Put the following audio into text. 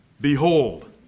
Behold